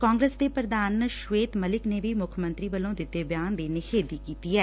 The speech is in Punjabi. ਕਾਂਗਰਸ ਦੇ ਪ੍ਰਧਾਨ ਸ਼ਵੇਤ ਮਲਿਕ ਨੇ ਵੀ ਮੁੱਖ ਮੰਤਰੀ ਵੱਲੋਂ ਦਿੱਤੇ ਗਏ ਬਿਆਨ ਦੀ ਨਿਖੇਧੀ ਕੀਤੀ ਐ